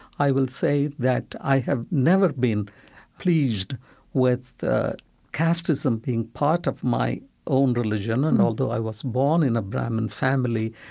i will say that i have never been pleased with casteism being part of my own religion, and although i was born in a brahmin family,